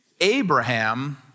Abraham